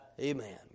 Amen